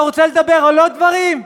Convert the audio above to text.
אתה רוצה לדבר על עוד דברים?